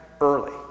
early